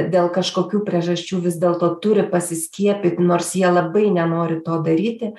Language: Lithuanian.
dėl kažkokių priežasčių vis dėlto turi pasiskiepyt nors jie labai nenori to daryti